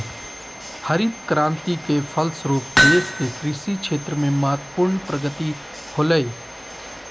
हरित क्रान्ति के फलस्वरूप देश के कृषि क्षेत्र में महत्वपूर्ण प्रगति होलय